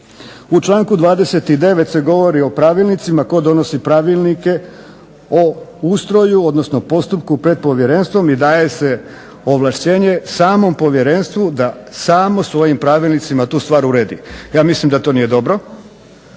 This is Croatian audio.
U članku 29. se govori o pravilnicima, tko donosi pravilnike o ustroju, odnosno postupku pred povjerenstvom i daje se ovlašćenje samom povjerenstvu da samo svojim pravilnicima tu stvar uredi. Ja mislim da to nije dobro.